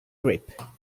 grip